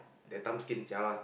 that time skin jialat